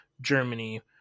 Germany